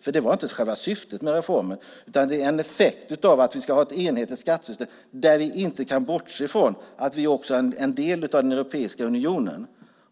för det var inte själva syftet med reformen. Det är en effekt av att vi ska ha ett enhetligt skattesystem där vi inte kan bortse ifrån att vi också är en del av Europeiska unionen.